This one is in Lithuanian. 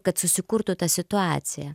kad susikurtų tą situaciją